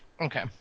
okay